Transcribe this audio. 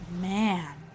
man